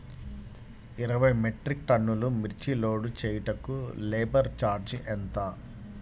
ఇరవై మెట్రిక్ టన్నులు మిర్చి లోడ్ చేయుటకు లేబర్ ఛార్జ్ ఎంత?